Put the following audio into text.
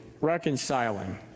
reconciling